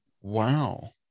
Wow